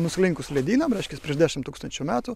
nuslinkus ledynam reiškias prieš dešim tūkstančių metų